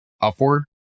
upward